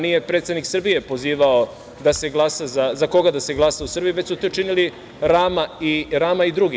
Nije predsednik Srbije pozivao da za koga da se glasa u Srbiji, već su to činili Rama i drugi.